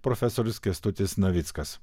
profesorius kęstutis navickas